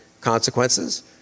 consequences